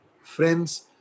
Friends